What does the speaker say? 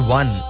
one